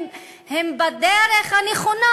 הם בדרך הנכונה,